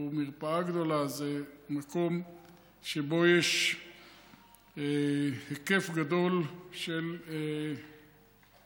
מרפאה גדולה זה מיקום שבו יש היקף גדול של דיווחים,